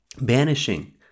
banishing